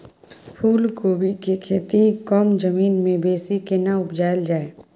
फूलकोबी के खेती कम जमीन मे बेसी केना उपजायल जाय?